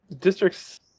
districts